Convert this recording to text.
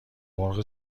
مرغ